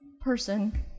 person